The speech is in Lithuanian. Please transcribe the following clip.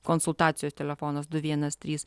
konsultacijos telefonas du vienas trys